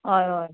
हय हय